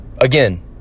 Again